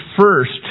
first